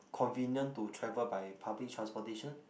convenient to travel by public transportation